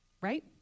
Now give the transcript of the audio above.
right